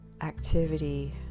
activity